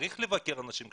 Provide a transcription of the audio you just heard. צריך לבקר אנשים קשישים.